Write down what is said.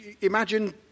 imagine